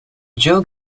joe